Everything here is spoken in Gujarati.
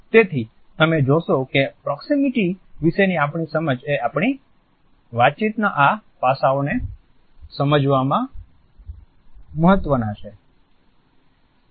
તેથી તમે જોશો કે પ્રોક્સિમીટી વિશેની આપણી સમજ એ આપણી વાતચીતના આ પાસાંઓને સમજવામાં મહત્વના છે